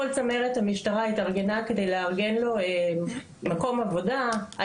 כל צמרת המשטרה התארגנה כדי לארגן לו מקום עבודה.